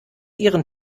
ihren